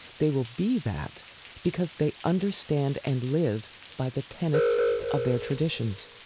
they will be that because they understand and live by the tenets of their traditions.